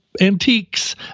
antiques